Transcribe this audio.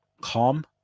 calm